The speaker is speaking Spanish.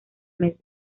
mes